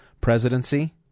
presidency